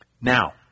Now